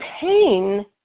pain